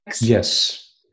Yes